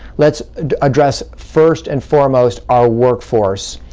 let's address first and foremost our workforce.